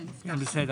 אני מצטרף